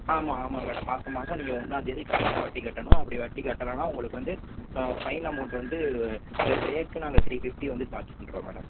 ஆமாம் ஆமாம் மேடம் மாதா மாதம் நீங்கள் ஒன்னாந்தேதி கரெக்ட்டாக வட்டி கட்டணும் அப்படி வட்டி கட்டலன்னா உங்களுக்கு வந்து ஃபைன் அமௌண்ட் வந்து பர் டேக்கு நாங்கள் த்ரீ ஃபிஃப்ட்டி வந்து சார்ஜ் பண்றோம் மேடம்